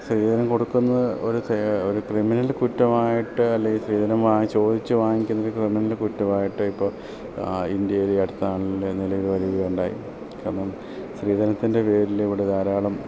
സ്ത്രീധനം കൊടുക്കുന്നത് ഒരു കെ ഒരു ക്രിമിനൽ കുറ്റമായിട്ട് അല്ലെ സ്ത്രീധനം വാങ്ങാൻ ചോദിച്ച് വാങ്ങിക്കുന്നത് ക്രിമിനല് കുറ്റമായിട്ട് ഇപ്പോൾ ഇൻഡ്യയിൽ അടുത്താണേലും നിലവിൽ വരികയുണ്ടായി കാരണം സ്ത്രീധനത്തിൻ്റെ പേരിൽ ഇവിടെ ധാരാളം